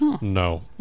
No